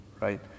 right